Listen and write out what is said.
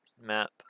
map